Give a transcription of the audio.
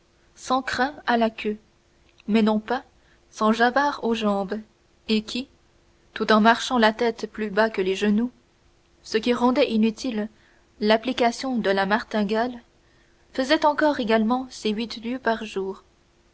sans crins à la queue mais non pas sans javarts aux jambes et qui tout en marchant la tête plus bas que les genoux ce qui rendait inutile l'application de la martingale faisait encore également ses huit lieues par jour